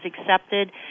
accepted